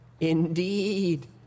Indeed